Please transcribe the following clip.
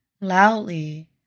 loudly